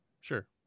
Sure